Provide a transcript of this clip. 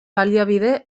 baliabide